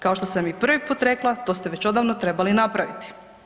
Kao što sam i prvi puta rekla to ste već odavno trebali napraviti.